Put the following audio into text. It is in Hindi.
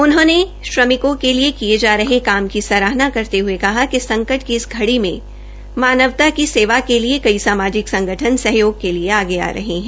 उन्होंने श्रमिकों के लिए किये जा रहे काम की सराहना करते हये कहा कि संकट की इस घड़ी मे मानवता की सेवा के लिए कई सामाजिक सहयोग के लिए आगे आ रहे है